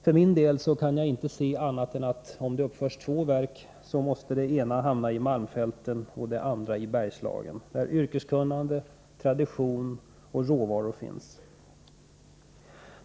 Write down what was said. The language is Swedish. För min del kan jag inte se annat än att om det uppförs två verk, måste det ena hamna i malmfälten och det andra i Bergslagen, där yrkeskunnande, tradition och råvaror finns.